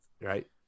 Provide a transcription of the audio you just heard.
Right